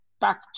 back